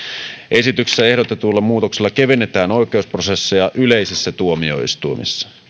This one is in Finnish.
esityksessä ehdotetuilla muutoksilla kevennetään oikeusprosesseja yleisissä tuomioistuimissa